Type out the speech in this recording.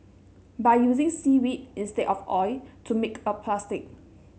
by using seaweed instead of oil to make a plastic